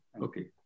Okay